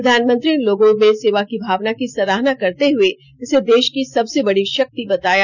प्रधानमंत्री ने लोगों में सेवा की भावना की सराहना करते हुए इसे देश की सबसे बड़ी शक्ति बताया